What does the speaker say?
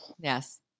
Yes